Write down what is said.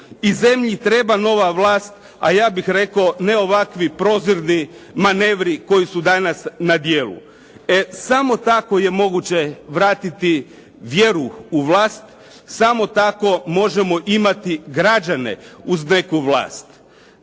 I zemlji treba nova vlast, a ja bih rekao ne ovakvi prozirni manevri koji su danas na djelu. E samo tako je moguće vratiti vjeru u vlast, samo tako možemo imati građane uz neku vlast.